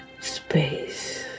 space